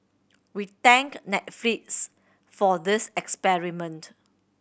we thank Netflix for this experiment